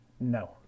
No